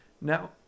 now